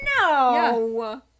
no